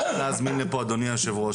צריך להזמין לפה אדוני היו"ר,